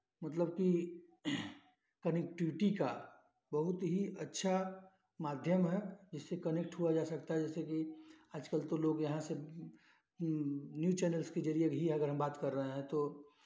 मतलब कि कनेक्टिविटी का बहुत ही अच्छा माध्यम है इससे कनेक्ट हुआ जा सकता है जिससे कि आजकल तो लोग यहाँ से न्यूज़ चैनल्स के ज़रिये भी अगर हम बात कर रहे हैं तो